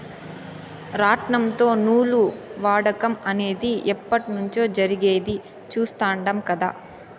రాట్నంతో నూలు వడకటం అనేది ఎప్పట్నుంచో జరిగేది చుస్తాండం కదా